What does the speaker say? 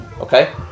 okay